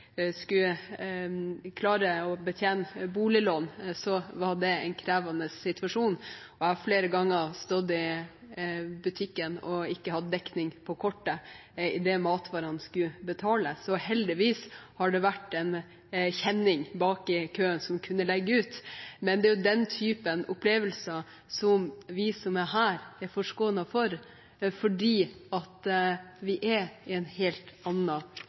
skulle klare å betjene boliglån, var det en krevende situasjon. Jeg har flere ganger stått i butikken og ikke hatt dekning på kortet idet matvarene skulle betales. Heldigvis har det vært en kjenning bak i køen som kunne legge ut, men det er jo den typen opplevelser som vi som er her, er forskånet for, fordi vi er på en helt